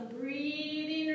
Breathing